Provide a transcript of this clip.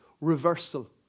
reversal